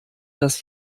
das